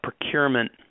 procurement